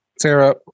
Sarah